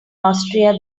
austria